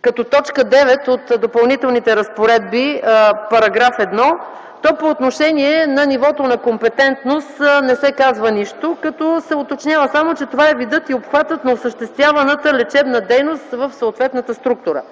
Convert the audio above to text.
като т. 9 от Допълнителните разпоредби -§ 1, то по отношение на нивото на компетентност не се казва нищо, като се уточнява само, че това е „видът и обхватът на осъществяваната лечебна дейност в съответната структура”.